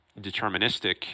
deterministic